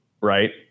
right